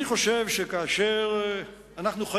אני חושב שכאשר אנחנו,